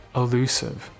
elusive